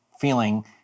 feeling